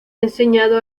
enseñado